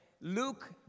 Luke